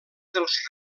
dels